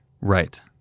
Right